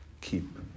keep